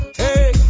hey